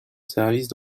service